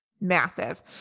massive